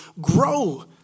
grow